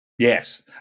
Yes